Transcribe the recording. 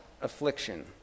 affliction